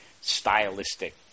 stylistic